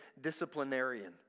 disciplinarian